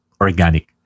organic